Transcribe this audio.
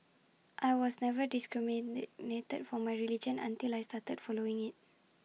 I was never discriminated for my religion until I started following IT